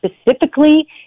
Specifically